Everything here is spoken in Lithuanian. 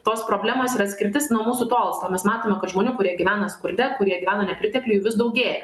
tos problemos ir atskirtis nuo mūsų tolsta mes matome kad žmonių kurie gyvena skurde kurie gyvena nepritekliuj vis daugėja